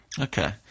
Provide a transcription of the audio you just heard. Okay